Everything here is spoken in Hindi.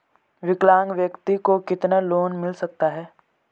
विकलांग व्यक्ति को कितना लोंन मिल सकता है?